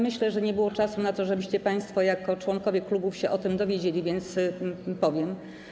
Myślę, że nie było czasu na to, żebyście państwo, jako członkowie klubów, się o tym dowiedzieli, więc powiem.